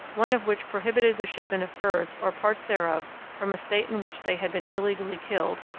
one of which prohibited the shipment of birds or parts thereof from a state in which they had been illegally killed,